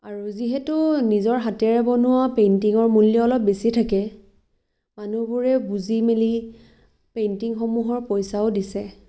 আৰু যিহেতু নিজৰ হাতেৰে বনোৱা পেইন্টিঙৰ মূল্য অলপ বেছি থাকে মানুহবোৰে বুজি মেলি পেইন্টিঙসমূহৰ পইচাও দিছে